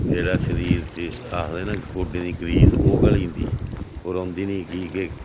जेह्ड़ा शरीर च आखदे ना गोड्डें दी ग्रीस ओह् घली जंदी ओह् रौंह्दी नी कि के